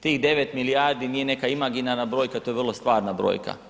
Tih 9 milijardi nije neka imaginarna brojka, to je vrlo stvarna brojka.